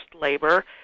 labor